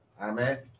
Amen